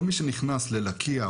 כל מי שנכנס ללקייה,